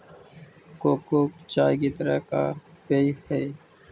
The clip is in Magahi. कोको चाय की तरह का पेय हई